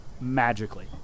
magically